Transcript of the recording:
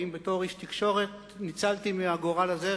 האם בתור איש תקשורת ניצלתי מהגורל הזה,